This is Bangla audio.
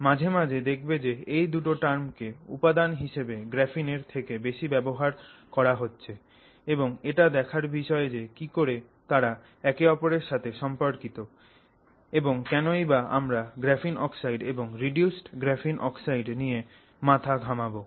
মাঝে মাঝে দেখবে যে এই দুটো টার্ম কে উপাদান হিসেবে গ্রাফিনের থেকে বেশি ব্যবহার করা হচ্ছে এবং এটা দেখার বিষয় যে কিকরে তারা একে ওপরের সাথে সম্পর্কিত এবং কেনই বা আমরা গ্রাফিন অক্সাইড এবং রিডিউসড গ্রাফিন অক্সাইড নিয়ে মাথা ঘামাবো